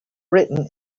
written